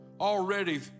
Already